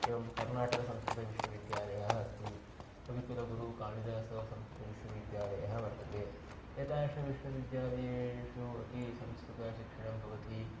एवं कर्णाटकसंस्कृतविश्वविद्यालयः अस्ति कविकुलगुरुः कालिदासः संस्कृतविश्वविद्यालयः वर्तते एतादृशविश्वविद्यालयेषु अपि संस्कृतशिक्षणं भवति